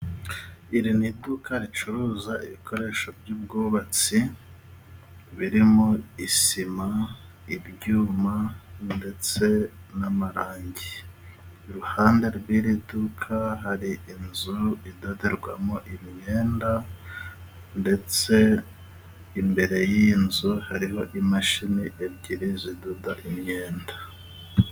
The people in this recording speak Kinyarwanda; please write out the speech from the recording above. Iri ni iduka ricuruza ibikoresho by'ubwubatsi， birimo isima， ibyuma ndetse n'amarangi， iruhande rw'iri duka， hari inzu idoderwamo imyenda， ndetse imbere y'iyo nzu， hariho imashini ebyiri zidoda imyenda.